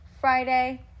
Friday